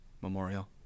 memorial